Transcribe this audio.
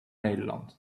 nederland